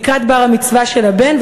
לקראת בר-המצווה של הבן,